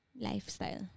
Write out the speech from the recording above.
lifestyle